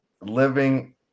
living